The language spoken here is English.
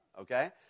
Okay